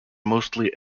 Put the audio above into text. mostly